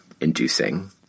inducing